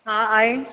हा आहे